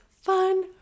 fun